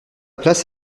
place